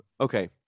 Okay